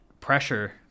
pressure